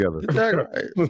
together